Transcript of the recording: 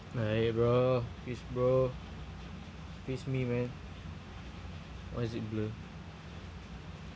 right bro fist bro fist me man why is it blur